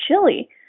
chili